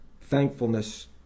thankfulness